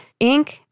Inc